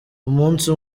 umunsi